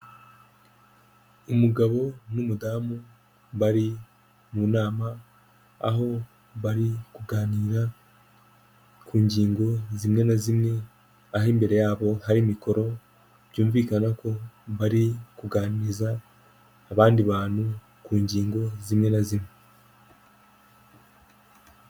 Umugabo n'umudamu bari mu nama, aho bari kuganira ku ngingo zimwe na zimwe, aho imbere yabo hari mikoro, byumvikana ko bari kuganiza abandi bantu ku ngingo zimwe na zimwe.